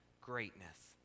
greatness